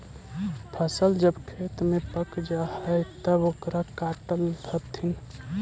फसल जब खेत में पक जा हइ तब ओकरा काटऽ हथिन